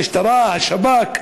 המשטרה והשב"כ.